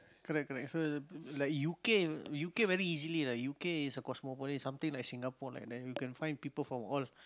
correct correct so like u_k u_k very easily lah u_k is a cosmopolitan something like Singapore like that you can find people from all